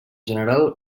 general